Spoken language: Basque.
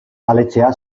aletzea